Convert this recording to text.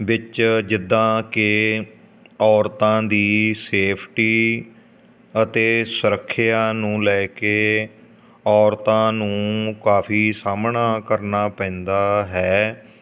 ਵਿੱਚ ਜਿੱਦਾਂ ਕਿ ਔਰਤਾਂ ਦੀ ਸੇਫਟੀ ਅਤੇ ਸੁਰੱਖਿਆ ਨੂੰ ਲੈ ਕੇ ਔਰਤਾਂ ਨੂੰ ਕਾਫੀ ਸਾਹਮਣਾ ਕਰਨਾ ਪੈਂਦਾ ਹੈ